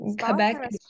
Quebec